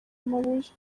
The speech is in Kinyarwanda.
amabuye